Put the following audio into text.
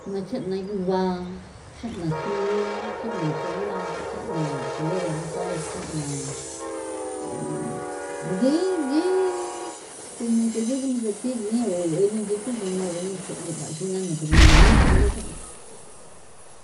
Na cha'na yuba, cha'na sini, cha'na tsena, cha'na color de rosa, cha'na gi gi como nche dioju se thigin o ene nchesujina o ene the'nge ngaxina na pero nague kulu cha'na.